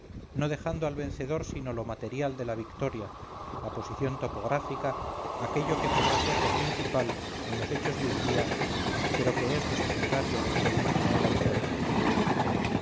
no dejando al vencedor sino lo material de la victoria la posición topográfica aquello que podrá ser lo principal en los hechos de un día pero que es lo secundario y lo último en la historia